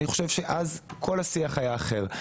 אני חושב שאז כל השיח היה אחר.